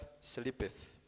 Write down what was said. sleepeth